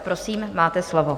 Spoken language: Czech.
Prosím, máte slovo.